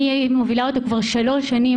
אני מובילה אותו כבר שלוש שנים.